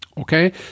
Okay